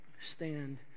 Stand